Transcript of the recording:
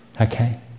Okay